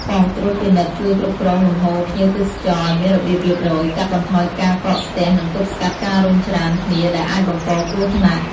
បុស្តិ៍ត្រួតពិនិត្យជួយគ្រប់គ្រងលំហូរភ្ញៀវទេសចរណ៍ឲ្យមានរបៀបរៀបរយ កាត់បន្ថយការកកស្ទះនិងទប់ស្កាត់ការរុញច្រានគ្នាដែលអាចបង្កគ្រោះថ្នាក់។